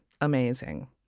amazing